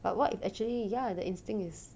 but what if actually ya the instinct is